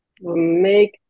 make